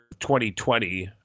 2020